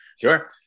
Sure